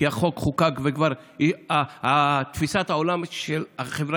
כי החוק חוקק ותפיסת העולם של החברה